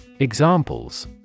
Examples